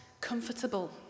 comfortable